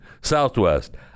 southwest